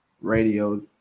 Radio